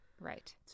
Right